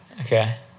okay